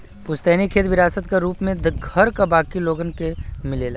पुस्तैनी खेत विरासत क रूप में घर क बाकी लोगन के मिलेला